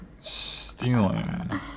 stealing